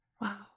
Wow